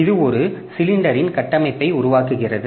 இது ஒரு சிலிண்டரின் கட்டமைப்பை உருவாக்குகிறது